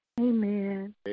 Amen